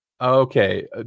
Okay